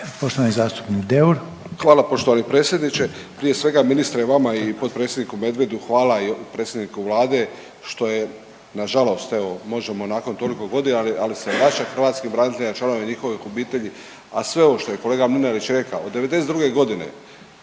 **Deur, Ante (HDZ)** Hvala poštovani predsjedniče. Prije svega ministre vama i potpredsjedniku Medvedu hvala i predsjedniku Vlade što je nažalost evo možemo nakon toliko godina ali, ali se vraćat hrvatskim braniteljima i članovima njihovih obitelji, a sve ovo što je kolega Mlinarić rekao od '92.g.